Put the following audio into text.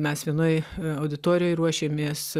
mes vienoj auditorijoj ruošėmės